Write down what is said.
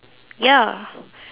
ya